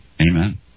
Amen